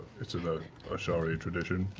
it's an ah ashari tradition,